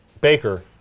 Baker